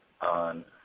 on